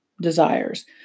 desires